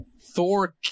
Thor